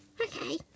Okay